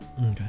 Okay